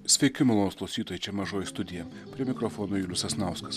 sveiki malonūs klausytojai čia mažoji studija prie mikrofono julius sasnauskas